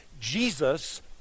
Jesus